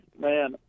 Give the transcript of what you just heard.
Man